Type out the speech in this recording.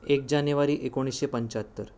एक जानेवारी एकोणीसशे पंचाहत्तर